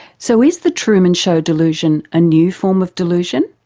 so is the truman show delusion a new form of delusion,